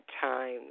time